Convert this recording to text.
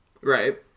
Right